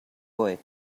boy